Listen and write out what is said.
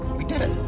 we did it!